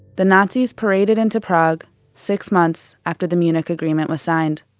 the nazis paraded into prague six months after the munich agreement was signed.